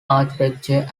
architecture